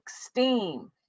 esteem